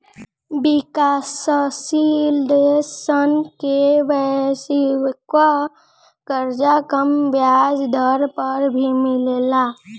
विकाशसील देश सन के वैश्विक कर्जा कम ब्याज दर पर भी मिलेला